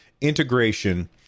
integration